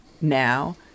now